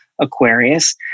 Aquarius